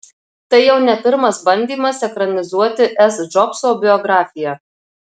tai jau ne pirmas bandymas ekranizuoti s džobso biografiją